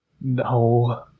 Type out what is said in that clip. No